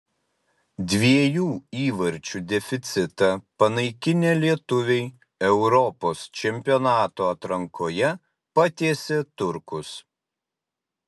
dviejų įvarčių deficitą panaikinę lietuviai europos čempionato atrankoje patiesė turkus